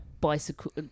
bicycle